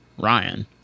Ryan